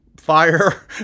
fire